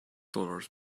dollars